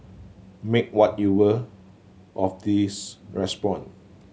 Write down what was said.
make what you will of this response